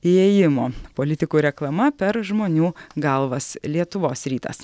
įėjimo politikų reklama per žmonių galvas lietuvos rytas